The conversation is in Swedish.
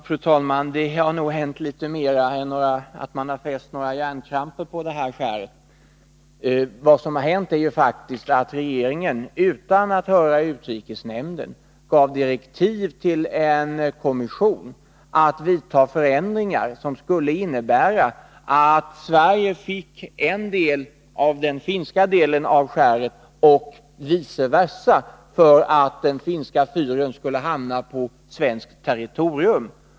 Fru talman! Det har nog hänt litet mer än att det har fästs några järnkrampor på skäret. Vad som faktiskt hänt är att regeringen, utan att höra utrikesnämnden, gav direktiv till en kommission att genomföra förändringar som skulle innebära att Sverige fick en del av den finska delen av skäret och vice versa, så att den finska fyren skulle hamna på svenskt territorium.